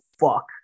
fuck